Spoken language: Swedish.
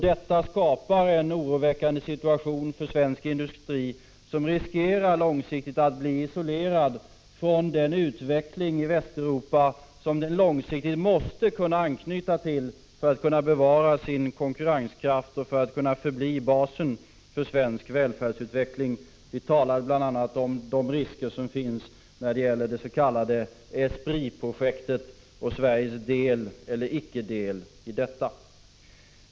Det skapar en oroväckande situation för svensk industri, som riskerar att i framtiden bli isolerad från den utveckling i Västeuropa som den långsiktigt måste kunna anknyta till för att bevara sin konkurrenskraft och förbli basen för svensk välfärdsutveckling. Vi talade bl.a. om de risker som finns när det gäller det s.k. ESPRIT-projektet och Sveriges deltagande eller icke i detta.